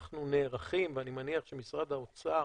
אני מניח שמשרד האוצר